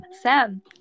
Sam